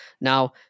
Now